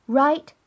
right